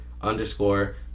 underscore